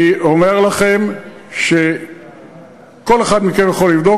אני אומר לכם שכל אחד מכם יכול לבדוק.